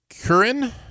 curran